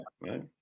right